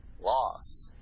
Loss